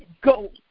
go